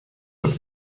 wird